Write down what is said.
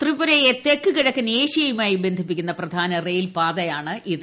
ത്രിപുരയെ തെക്ക് കിഴക്കൻ ഏഷ്യയുമായി ബന്ധിപ്പിക്കുന്ന പ്രധാന റെയിൽവേ പാതയാണിത്